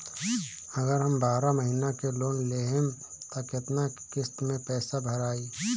अगर हम बारह महिना के लोन लेहेम त केतना केतना किस्त मे पैसा भराई?